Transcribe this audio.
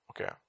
Okay